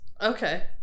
okay